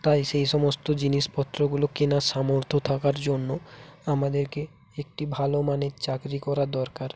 তাই সেই সমস্ত জিনিসপত্রগুলো কেনার সামর্থ্য থাকার জন্য আমাদেরকে একটি ভালো মানের চাকরি করা দরকার